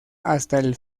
hasta